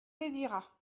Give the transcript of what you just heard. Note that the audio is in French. désirat